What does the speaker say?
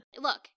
Look